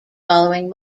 following